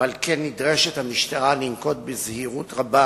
ועל כן נדרשת המשטרה לנקוט זהירות רבה